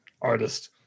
artist